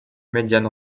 médiane